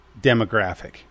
demographic